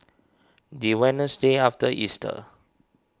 the Wednesday after Easter